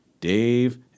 Dave